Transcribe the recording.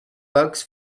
box